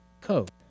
code